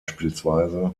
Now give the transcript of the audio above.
bspw